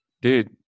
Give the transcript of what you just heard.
Dude